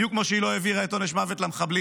בדיוק כמו שהיא לא העבירה את עונש מוות למחבלים.